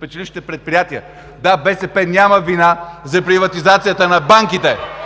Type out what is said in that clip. печелившите предприятия, да, БСП няма вина за приватизацията на банките!